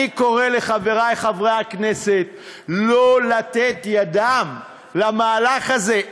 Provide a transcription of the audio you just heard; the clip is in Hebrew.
אני קורא לחברי חברי הכנסת לא לתת ידם למהלך הזה.